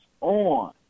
on